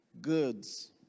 goods